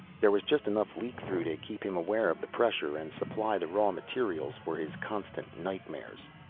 there was just enough leak-through to keep him aware of the pressure and supply the raw materials for his constant nightmares.